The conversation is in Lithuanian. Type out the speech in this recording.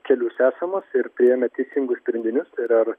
kelius esamus ir priėmę teisingus sprendinius tai yra ar